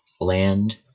land